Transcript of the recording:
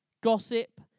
Gossip